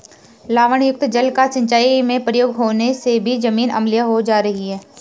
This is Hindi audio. लवणयुक्त जल का सिंचाई में प्रयोग होने से भी जमीन अम्लीय हो जा रही है